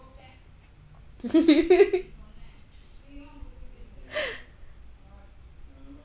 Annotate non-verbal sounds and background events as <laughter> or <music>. <laughs>